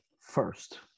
first